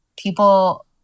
people